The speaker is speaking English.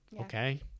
okay